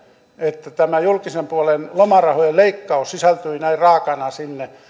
että tämä julkisen puolen lomarahojen leikkaus sisältyi näin raakana sinne